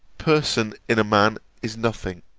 person in a man is nothing,